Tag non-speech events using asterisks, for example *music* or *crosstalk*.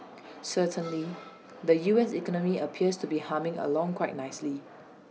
*noise* certainly the U S economy appears to be humming along quite nicely